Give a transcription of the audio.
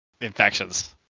Infections